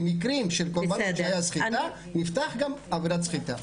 במקרים של קורבנות שהייתה סחיטה נפתחת גם עבירת סחיטה.